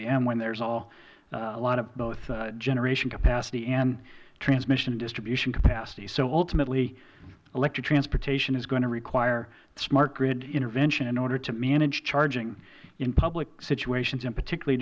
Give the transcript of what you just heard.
m when there is a lot of both generation capacity and transmission and distribution capacity so ultimately electric transportation is going to require smart grid intervention in order to manage charging in public situations and particularly